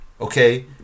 Okay